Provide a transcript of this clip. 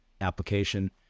application